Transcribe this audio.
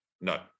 no